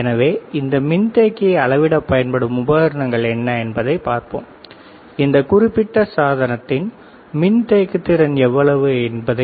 எனவே இந்த மின்தேக்கியை அளவிட பயன்படும் உபகரணங்கள் என்ன என்பதை பார்ப்போம் இந்த குறிப்பிட்ட சாதனத்தின் கொள்ளளவு எவ்வளவு உள்ளது